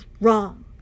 wrong